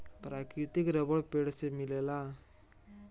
प्राकृतिक रबर पेड़ से मिलेला